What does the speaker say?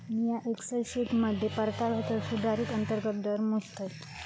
मिया एक्सेल शीटमध्ये परताव्याचो सुधारित अंतर्गत दर मोजतय